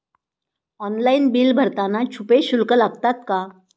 Online bill भरताना छुपे शुल्क लागतात का?